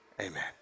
amen